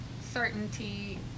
certainty